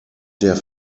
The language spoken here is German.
der